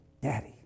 Daddy